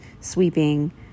sweeping